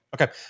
Okay